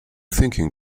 thinking